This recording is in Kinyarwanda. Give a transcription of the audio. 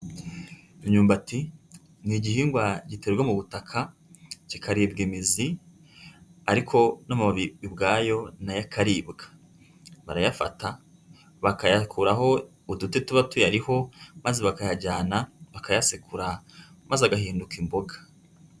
Imyumbati ni igihingwa giterwa mu butaka kikaribwa imizi ariko n'amababi ubwayo na yo akaribwa, barayafata bakayakuraho uduti tuba tuyariho maze bakayajyana bakayasekura maze agahinduka imboga.